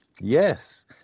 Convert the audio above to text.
Yes